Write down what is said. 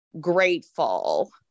grateful